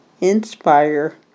inspire